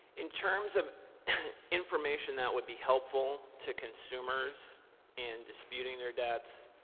in terms of information that would be helpful to consumers in disputing their debts,